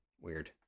Weird